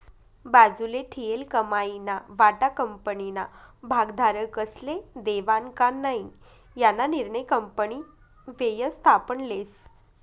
बाजूले ठीयेल कमाईना वाटा कंपनीना भागधारकस्ले देवानं का नै याना निर्णय कंपनी व्ययस्थापन लेस